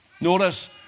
Notice